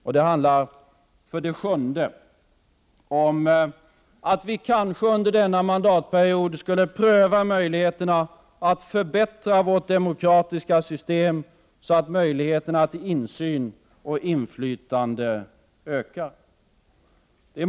För det sjunde handlar det om att vi kanske under denna mandatperiod skulle pröva förutsättningarna för att förbättra vårt demokratiska system så att möjligheterna till insyn och inflytande ökar.